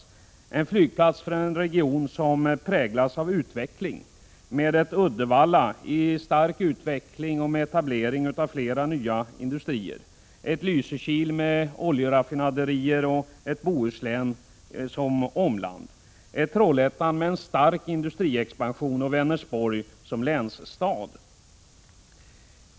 Det är en flygplats för en region som präglas av utveckling med ett Uddevalla i stark utveckling och med etablering av flera nya industrier, ett Lysekil med oljeraffinaderier och ett Bohuslän som omland, ett Trollhättan med en stark industriexpansion och Vänersborg som länsstad.